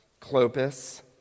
Clopas